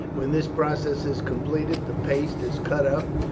when this process is completed the paste is cut up,